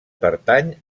pertany